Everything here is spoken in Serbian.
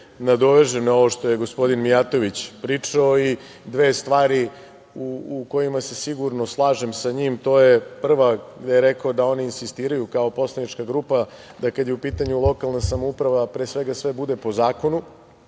nadovežem na ovo što je gospodin Mijatović pričao. Dve su stvari u kojima se sigurno slažem sa njim. Prva gde je rekao da oni insistiraju kao poslanička grupa kad je u pitanju lokalna samouprava da pre svega sve bude po zakonu.